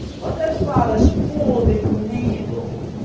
but as far as holding a needle,